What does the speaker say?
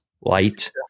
light